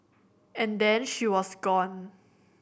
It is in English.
and then she was gone